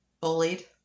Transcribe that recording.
bullied